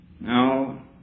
Now